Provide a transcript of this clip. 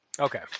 Okay